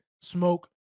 Smoke